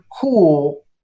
cool